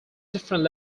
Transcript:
different